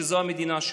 שזו המדינה שלהם.